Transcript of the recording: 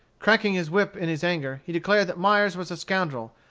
cracking his whip in his anger, he declared that myers was a scoundrel,